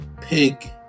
pig